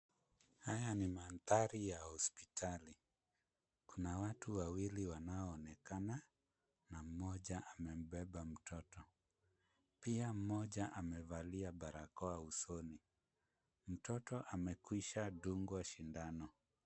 Haya ni mandhari ya hospitali. Kuna watu wawili wanaoonekana na mmoja amembeba mtoto. Pia mmoja amevalia barakoa usoni. Mtoto amekwisha dungwa sindano.